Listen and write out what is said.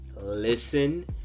listen